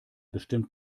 bestimmt